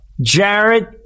Jared